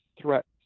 threats